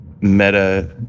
meta